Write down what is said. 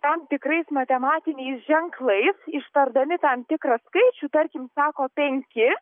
tam tikrais matematiniais ženklais ištardami tam tikrą skaičių tarkim sako penki